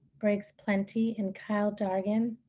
brings plenty, and kyle dargan.